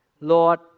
Lord